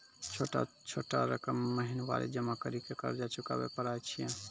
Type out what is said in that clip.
छोटा छोटा रकम महीनवारी जमा करि के कर्जा चुकाबै परए छियै?